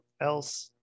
else